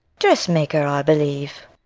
dressmaker, i believe.